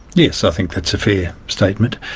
yes, i think that's a fair statement.